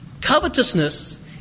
Covetousness